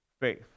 faith